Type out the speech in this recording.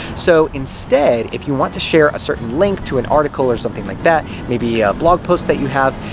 so, instead, if you want to share a certain link to an article or something like that, maybe a blog post that you have,